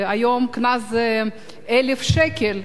היום הקנס הוא 1,000 שקלים.